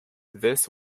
this